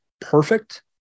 perfect